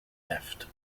theft